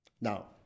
Now